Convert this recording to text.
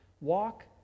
walk